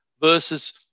versus